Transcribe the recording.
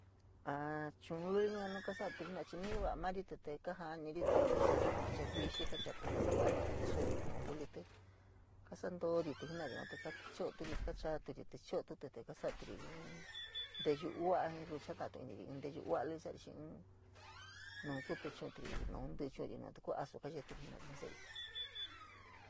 A chuu luli yua nu kasate te nu ñuvo’a morití te kaja’anirití, kachari ntucha vixi te kasavari kaa taxiori tuún lulití, kasantorití jenatí te yua te kaschorití, kachaturi ja cho’otutí te kasa’atii nteyuu uua, ru chi jata’atu iniri in teyuu uua sa’ari xii ín naun kuu te chu’un turi chu’uri nu te ku ku asu keyeeri jena’ari jii se’eri.